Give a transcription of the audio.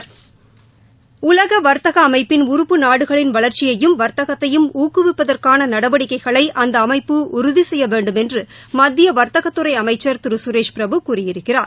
டலக வாத்தக அமைப்பின் உறப்பு நாடுகளின் வளாச்சியையும் வாத்தகத்தையும் ஊக்குவிப்பதற்கான நடவடிக்கைகளை அந்த அமைப்பு உறுதி செய்ய வேண்டுமென்று மத்திய வாத்தகத்துறை அமைச்சி திரு சுரேஷ் பிரபு கூறியிருக்கிறார்